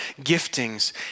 giftings